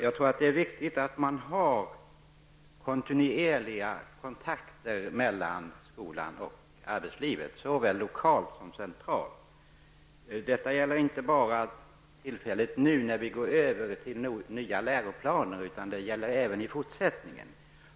Jag tror att det är viktigt att man har kontinuerliga kontakter mellan skolan och arbetslivet såväl lokalt som centralt. Detta gäller inte endast nu när vi går över till nya läroplaner utan även i fortsättningen.